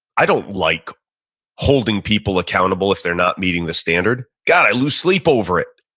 i don't like holding people accountable if they're not meeting the standard. god, i lose sleep over it